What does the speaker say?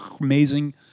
amazing